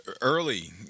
Early